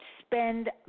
spend